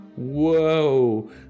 Whoa